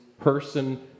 person